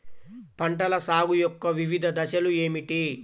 పంటల సాగు యొక్క వివిధ దశలు ఏమిటి?